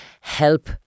help